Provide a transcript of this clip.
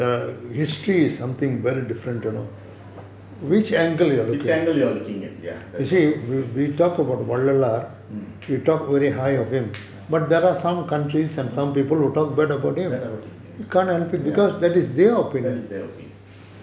which angle you are looking at that's all mm bad about him yes that is their opinion